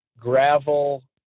gravel